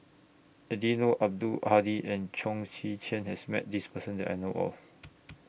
Eddino Abdul Hadi and Chong Tze Chien has Met This Person that I know of